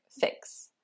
fix